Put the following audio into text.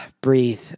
breathe